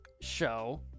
show